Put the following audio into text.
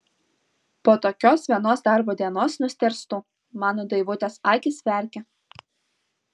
po tokios vienos darbo dienos nustėrstu mano daivutės akys verkia